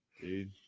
Dude